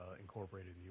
incorporated